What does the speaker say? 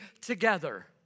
together